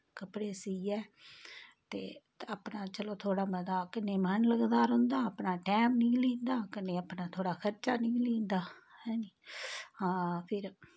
कपड़े सीयै ते अपना चलो थोह्ड़ा मता कन्नै मन लगदा रौहंदा अपना टैम निकली दा कन्नै अपना थोह्ड़ा खर्चा निकली दा ऐनी हां फिर